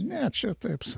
ne čia taip sau